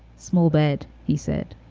small bed, he said,